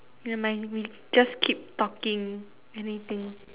never mind me just keep talking anything